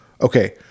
Okay